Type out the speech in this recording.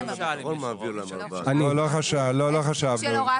לא חשבנו.